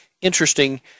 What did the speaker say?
interesting